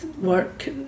work